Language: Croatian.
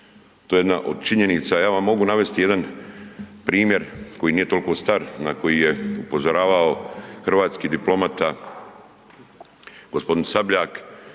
To je jedna o činjenica, ja vam mogu navesti jedan primjer koji nije toliko star, na koji je upozoravao hrvatski diplomata, g. Sabljak